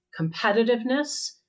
competitiveness